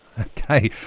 Okay